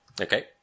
Okay